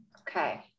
Okay